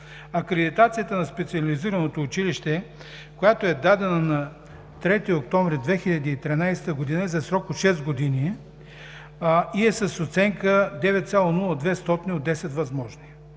Акредитацията на Специализираното училище, която е дадена на 3 октомври 2013 г. за срок от 6 години и е с оценка 9,02 от 10 възможни.